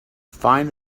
find